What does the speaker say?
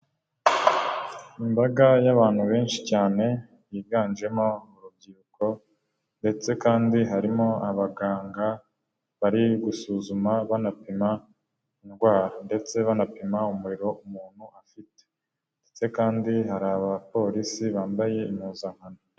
Imbaga y'abantu benshi cyane biganjemo urubyiruko ndetse kandi harimo abaganga bari gusuzuma, banapima indwara ndetse banapima umuriro umuntu afite ndetse kandi hari abapolisi bambaye impuzankano.